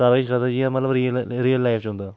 सारा किश लगदा जियां मतलब रियल रियल लाइफ च होंदा